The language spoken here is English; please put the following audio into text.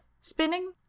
spinning